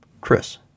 Chris